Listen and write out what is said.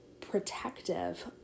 protective